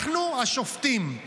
אנחנו השופטים.